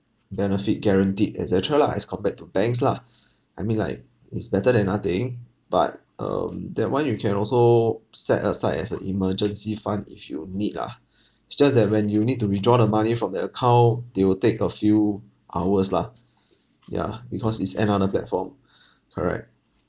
benefit guaranteed et cetera lah as compared to banks lah I mean like it's better than nothing but um that one you can also set aside as a emergency fund if you need lah it's just that when you need to withdraw the money from that account they will take a few hours lah yeah because it's another platform correct